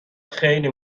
خیلی